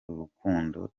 urukundo